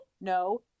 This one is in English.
No